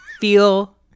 Feel